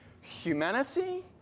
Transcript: humanity